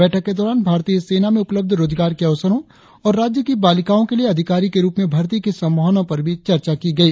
बैठक के दौरान भारतीय सेना में उपलब्ध रोजगार के अवसरो और राज्य की बालिकाओ के लिए अधिकारी के रुप में भर्ती की संभावनाओ पर भी चर्चा की गई